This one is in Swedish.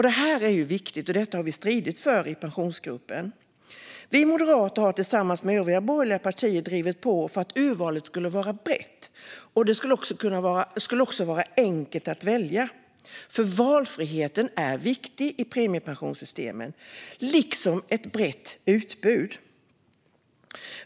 Detta är viktigt, och det har vi stridit för i Pensionsgruppen. Vi moderater har tillsammans med övriga borgerliga partier drivit på för att urvalet ska vara brett och för att det ska vara enkelt att välja. Valfriheten är nämligen viktig i premiepensionssystemet liksom ett brett utbud.